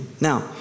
now